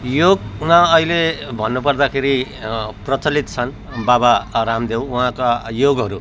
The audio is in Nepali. योगमा अहिले भन्नु पर्दाखेरि प्रचलित छन् बाबा रामदेव उहाँका योगहरू